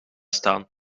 staan